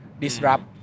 disrupt